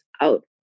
out